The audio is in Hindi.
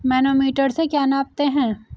मैनोमीटर से क्या नापते हैं?